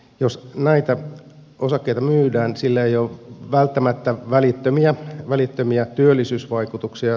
jos näitä osakkeita myydään sillä ei ole välttämättä välittömiä työllisyysvaikutuksia